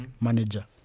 manager